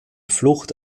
flucht